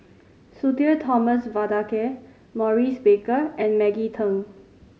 Sudhir Thomas Vadaketh Maurice Baker and Maggie Teng